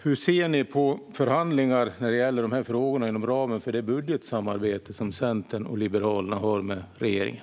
Hur ser ni på förhandlingar när det gäller dessa frågor inom ramen för det budgetsamarbete som Centern och Liberalerna har med regeringen?